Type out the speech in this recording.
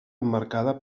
emmarcada